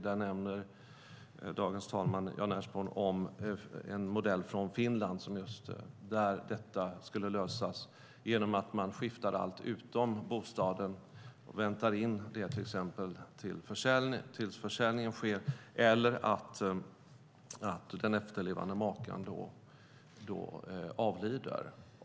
Där nämnde dagens talman Jan Ertsborn en modell från Finland där detta problem löses genom att skifta allt utom bostaden, vänta in en försäljning eller att den efterlevande maken avlider.